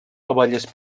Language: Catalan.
abelles